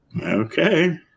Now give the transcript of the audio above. Okay